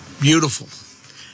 beautiful